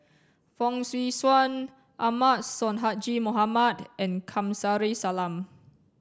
Fong Swee Suan Ahmad Sonhadji Mohamad and Kamsari Salam